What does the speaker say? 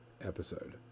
episode